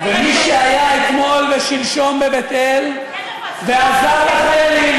ומי שהיה אתמול ושלשום בבית-אל ועזר לחיילים,